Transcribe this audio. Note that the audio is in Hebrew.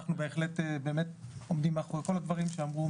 אנחנו באמת עומדים מאחורי כל הדברים שאמרו.